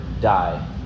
die